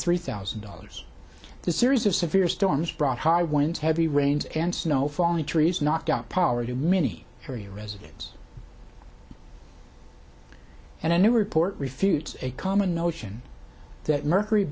three thousand dollars the series of severe storms brought high winds heavy rains and snow falling trees knocked out power to many area residents and a new report refutes a common notion that mercury